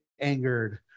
angered